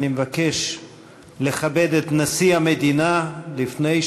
אני מבקש לכבד את נשיא המדינה לפני,